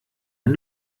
ein